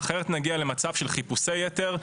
אחרת נגיע למצב של חיפושי יתר,